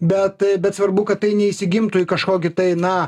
bet bet svarbu kad tai neišsigimtų į kažkokį tai na